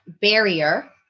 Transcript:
barrier